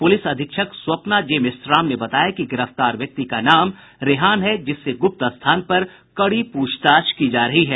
police अधीक्षक Swapna J Meshram ने बताया कि गिरफ्तार व्यक्ति का नाम रेहान है जिससे गुप्त स्थान पर कड़ी पूछताछ की जा रही है